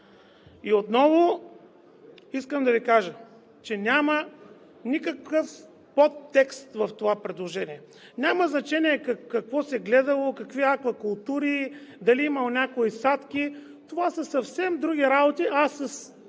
И отново искам да Ви кажа, че няма никакъв подтекст в това предложение – няма значение какво се гледало, какви аквакултури, дали някой имал садки. Това са съвсем други работи,